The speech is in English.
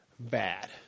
Bad